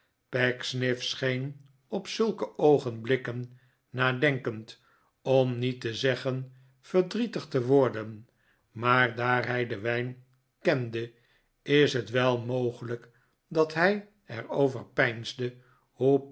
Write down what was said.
pecksniff scheen op zulke oogenblikken nadenkend om niet te zeggen verdrietig te worden maar daar hij den wijn kende is het wel mogelijk dat hij er over peinsde hoe